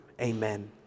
Amen